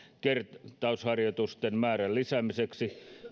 kertausharjoitusten määrän lisäämiseksi